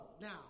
Now